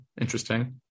interesting